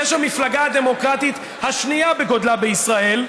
יש את המפלגה הדמוקרטית השנייה בגודלה בישראל,